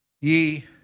ye